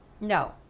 No